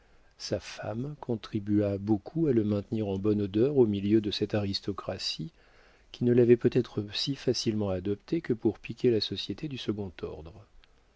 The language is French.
sa femme contribua beaucoup à le maintenir en bonne odeur au milieu de cette aristocratie qui ne l'avait peut-être si facilement adopté que pour piquer la société du second ordre